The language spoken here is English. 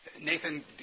Nathan